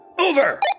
Over